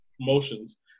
Promotions